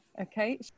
okay